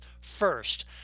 First